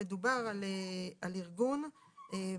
כרגע אנחנו מדברים על ארגון בין-לאומי,